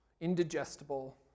indigestible